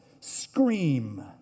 scream